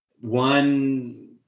one